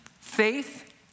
faith